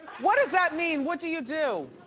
what does that mean, what do you do?